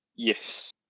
Yes